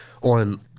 on